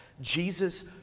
Jesus